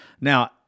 Now